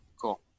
cool